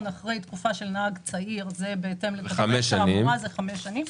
אחרי התקופה של נהג צעיר בהתאם לתקנות תעבורה הוא 5 שנים.